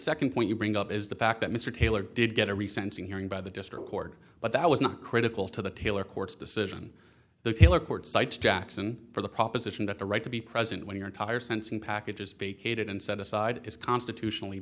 second point you bring up is the fact that mr taylor did get a response in hearing by the district court but that was not critical to the taylor court's decision the taylor court cites jackson for the proposition that the right to be present when your tire sensing package is vacated and set aside is constitutionally